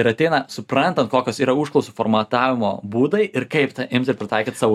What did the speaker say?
ir ateina suprantant kokios yra užklausų formatavimo būdai ir kaip tą imt ir pritaikyt savo